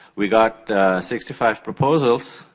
we got sixty five proposals,